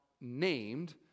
named